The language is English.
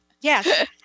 Yes